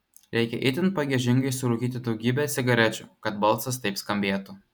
reikia itin pagiežingai surūkyti daugybę cigarečių kad balsas taip skambėtų